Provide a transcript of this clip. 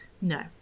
No